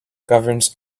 governs